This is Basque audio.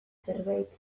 zerbait